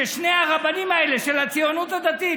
ששני הרבנים האלה של הציונות הדתית,